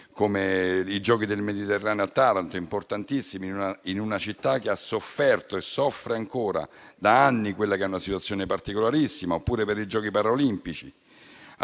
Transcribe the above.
e i Giochi del Mediterraneo a Taranto, importantissimi, in una città che ha sofferto e soffre ancora, da anni, una situazione particolarissima. Oppure, penso ai Giochi paraolimpici.